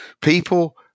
People